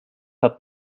hat